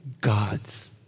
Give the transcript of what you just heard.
God's